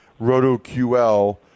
RotoQL